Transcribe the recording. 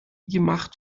gemacht